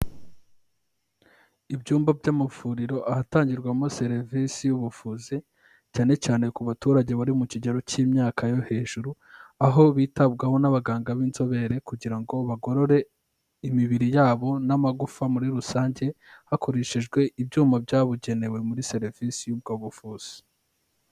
Ibyumba by'amavuriro ahatangirwamo serivisi y'ubuvuzi cyane cyane ku baturage bari mu kigero cy'imyaka yo hejuru aho bitabwaho n'abaganga b'inzobere kugira ngo bagorore imibiri yabo n'amagufa muri rusange hakoreshejwe ibyuma byabugenewe muri serivisi y'ubwo buvuzi.